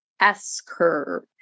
S-curve